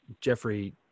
Jeffrey